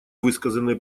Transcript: высказанные